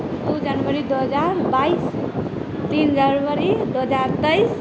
दुइ जनवरी दुइ हजार बाइस तीन जनवरी दुइ हजार तेइस आओर